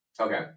okay